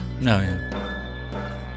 no